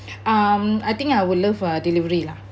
um I think I will love uh delivery lah